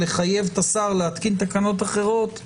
לחייב את השר להתקין תקנות אחרות?